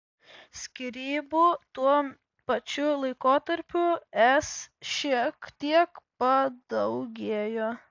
skyrybų tuo pačiu laikotarpiu es šiek tiek padaugėjo